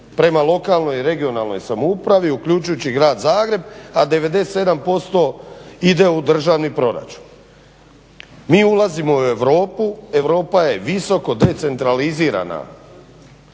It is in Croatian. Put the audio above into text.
prema lokalnoj i regionalnoj samoupravi uključujući i Grad Zagreb, a 97% ide u državni proračun. Mi ulazimo u Europu, Europa je visoko decentralizirana